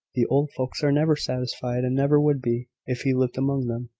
the old folks are never satisfied, and never would be, if he lived among them,